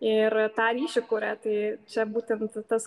ir tą ryšį kuria tai čia būtent tas